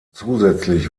zusätzlich